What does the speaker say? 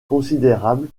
considérable